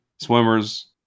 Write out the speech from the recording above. Swimmers